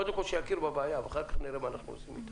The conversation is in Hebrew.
קודם כל שיכיר בבעיה ואחר כך נראה מה אנחנו עושים עם זה.